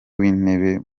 w’intebe